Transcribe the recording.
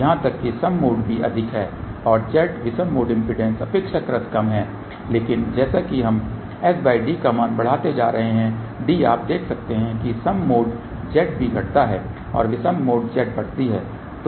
यहां तक कि सम मोड भी अधिक है और Z विषम मोड इम्पीडेंस अपेक्षाकृत कम है लेकिन जैसा कि हम sd का मान बढ़ाते जा रहे हैं d आप देख सकते हैं कि सम मोड Z भी घटता है और विषम मोड Z बढ़ती है